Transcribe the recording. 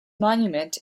monument